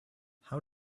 how